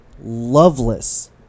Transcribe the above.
loveless